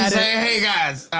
hey guys,